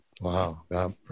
Wow